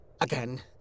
Again